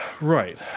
Right